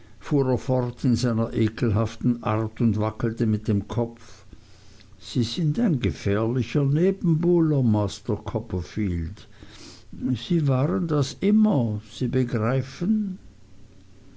in seiner ekelhaften art und wackelte mit dem kopf sie sind ein gefährlicher nebenbuhler master copperfield sie waren das immer sie begreifen